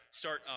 start